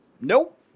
Nope